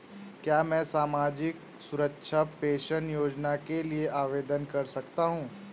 क्या मैं सामाजिक सुरक्षा पेंशन योजना के लिए आवेदन कर सकता हूँ?